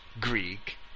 Greek